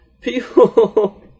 people